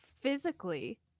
physically